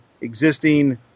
existing